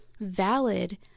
valid